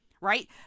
right